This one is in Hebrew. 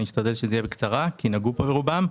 דבר ראשון,